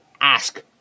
ask